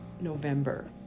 November